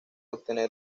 obtener